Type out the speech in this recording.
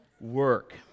work